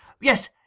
Yes